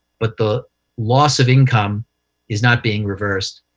but the loss of income is not being reversed,